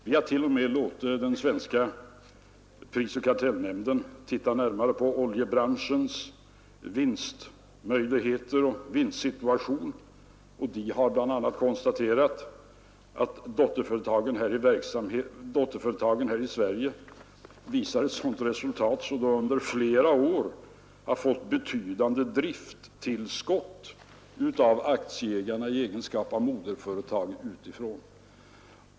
Vi har t.o.m. låtit den svenska prisoch kartellnämnden titta närmare på oljebolagens vinstmöjligheter och vinstsituation, och den har bl.a. konstaterat att dotterföretagen i Sverige visar ett sådant resultat att de under flera år fått betydande driftstillskott utifrån av moderföretagen i deras egenskap av aktieägare.